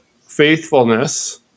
faithfulness